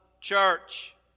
church